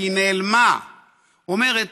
כי היא נעלמה אומרת: